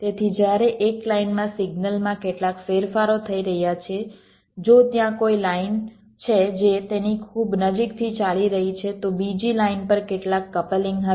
તેથી જ્યારે એક લાઇન માં સિગ્નલમાં કેટલાક ફેરફારો થઈ રહ્યા છે જો ત્યાં કોઈ લાઇન છે જે તેની ખૂબ નજીકથી ચાલી રહી છે તો બીજી લાઇન પર કેટલાક કપલિંગ હશે